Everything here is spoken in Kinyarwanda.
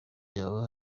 yawe